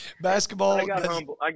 Basketball